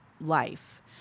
life